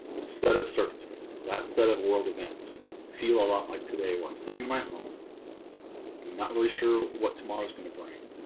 set of circumstances that set of world events feel a lot like today where i'm sitting in my home i'm not really sure what tomorrow is gonna bring